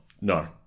No